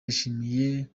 yashimiye